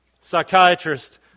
psychiatrist